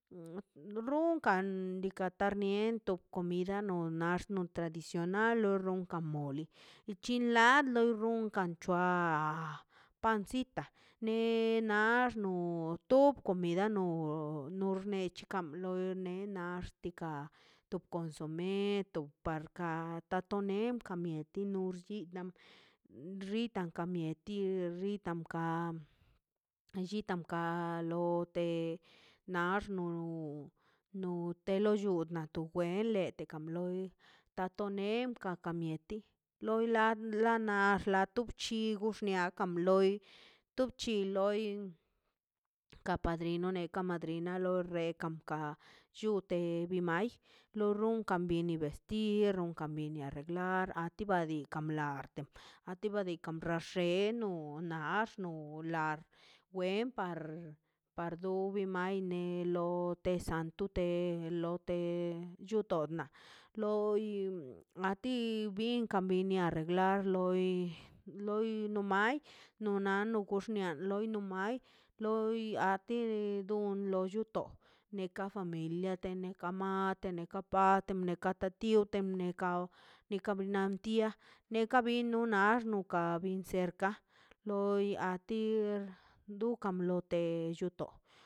Runkan diikaꞌ tarnien bilano nax to tradicional lo ronka moli lichi lai lo runkan choan pancita ne nax no oto komida no noxneche kam loi ne nax tika to consome to par ka onen ka mieti nurshita xitan kamieti xitan ka llitan ka lo te nax no no te llutna to wenle tokab loi ta to nei ka ka mieti loi la na axlato bchugui xnakan loi tup chin loi ka padrino ka madrina lo repkan kan chute biu mai lo ronkan mini besti ronkan ka biena arreglar tikan wa blarte a ti dan wa bḻaxe eno nax xno lax wen par do mi mai ne lo te ne santo de lo te llunto na loi a ti binkan bine arreglarlo loi loi no mai no na tox kwian nai loi iate du dun lo lluto neka familia dene ka mate de neka pate neka ta tio te nekaw ti kabi nan tia neka bino nad xnuka bin cerca loi a ti dukan blote lloto.